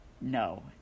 no